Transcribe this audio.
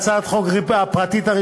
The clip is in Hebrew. יציג את הצעת החוק, חזר אלינו,